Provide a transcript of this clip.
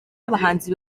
abahanzi